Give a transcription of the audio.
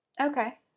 Okay